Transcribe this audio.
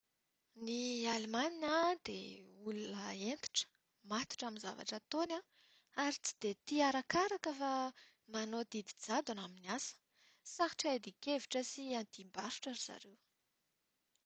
Ny alemana dia olona hentitra. Matotra amin'ny zavatra ataony ary tsy dia tia arakaraka fa manao didy jadona amin'ny asa. Sarotra iadian-kevitra sy iadiam-barotra ry zareo.